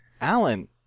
Alan